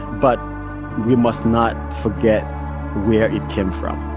but we must not forget where it came from,